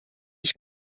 ich